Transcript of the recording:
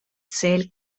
цель